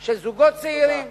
של זוגות צעירים,